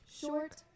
Short